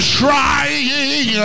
trying